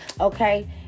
okay